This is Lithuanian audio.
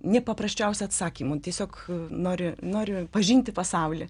nepaprasčiausių atsakymų tiesiog nori nori pažinti pasaulį